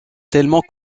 tellement